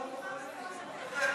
כל הכבוד,